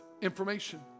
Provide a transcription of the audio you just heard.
information